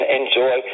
enjoy